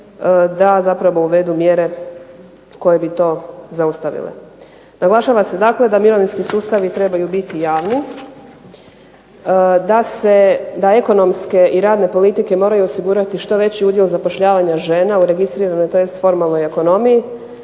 da zapravo uvedu mjere koje bi to zaustavile. Naglašava se dakle da mirovinski sustavi trebaju biti javni, da ekonomske i radne politike moraju osigurati što veći udio zapošljavanja žena u registriranoj tj. formalnoj ekonomiji,